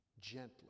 gently